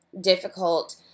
difficult